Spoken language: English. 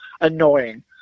annoying